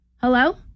Hello